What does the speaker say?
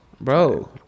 bro